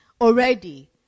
already